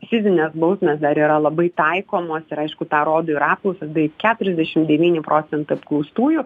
fizinės bausmės dar yra labai taikomos ir aišku tą rodo ir apklausos bei keturiasdešim devyni procentai apklaustųjų